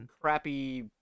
crappy